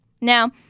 Now